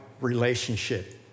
relationship